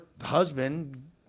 husband